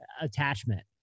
attachment